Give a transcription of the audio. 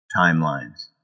timelines